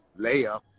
layup